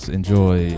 enjoy